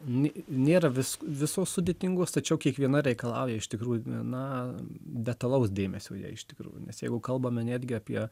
nė nėra vis visos sudėtingos tačiau kiekviena reikalauja iš tikrųjų na detalaus dėmesio jai iš tikrųjų nes jeigu kalbame netgi apie